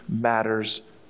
matters